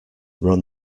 run